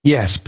Yes